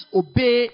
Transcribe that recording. obey